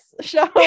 show